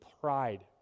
pride